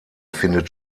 findet